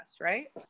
right